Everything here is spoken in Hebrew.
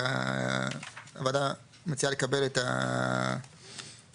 הוועדה מציעה לקבל את הנוסח